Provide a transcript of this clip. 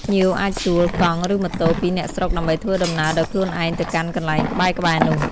ភ្ញៀវអាចជួល កង់ ឬម៉ូតូពីអ្នកស្រុកដើម្បីធ្វើដំណើរដោយខ្លួនឯងទៅកាន់កន្លែងក្បែរៗនោះ។